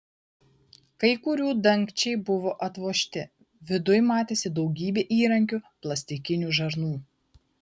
kai kurių dangčiai buvo atvožti viduj matėsi daugybė įrankių plastikinių žarnų